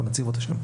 אנחנו נציב אותה שם.